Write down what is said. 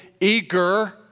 eager